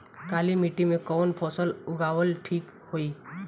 काली मिट्टी में कवन फसल उगावल ठीक होई?